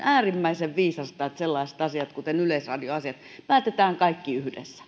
äärimmäisen viisasta että sellaiset asiat kuin yleisradion asiat päätetään kaikki yhdessä